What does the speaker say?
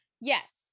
yes